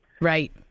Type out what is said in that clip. Right